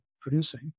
producing